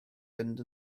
fynd